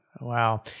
Wow